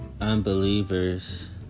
unbelievers